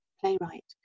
playwright